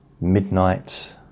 midnight